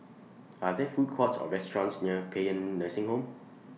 Are There Food Courts Or restaurants near Paean Nursing Home